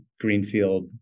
greenfield